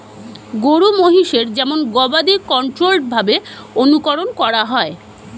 গরু মহিষের যেমন গবাদি কন্ট্রোল্ড ভাবে অনুকরন করা হয়